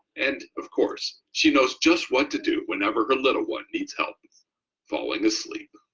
and of course she knows just what to do whenever her little one needs help falling asleep.